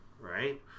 right